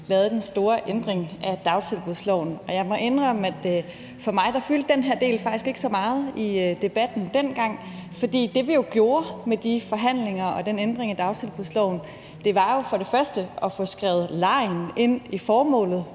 lavede den store ændring af dagtilbudsloven. Og jeg må indrømme, at for mig fyldte den her del faktisk ikke så meget i debatten dengang. For det, vi jo gjorde med de forhandlinger og den ændring af dagtilbudsloven, var jo for det første at få skrevet legen ind i formålet